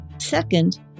Second